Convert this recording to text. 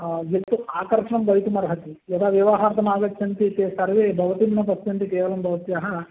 यत् आकर्षणं भवितुमर्हति यदा विवाहार्थमागच्छन्ति ते सर्वे भवतीं न पश्यन्ति केवलं भवत्याः